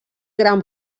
gran